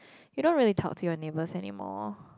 you don't really talk to your neighbours anymore